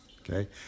Okay